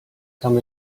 come